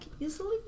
easily